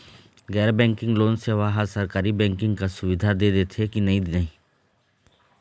गैर banking loan सेवा हा सरकारी बैंकिंग कस सुविधा दे देथे कि नई नहीं?